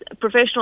professional